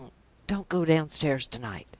don't go downstairs to-night!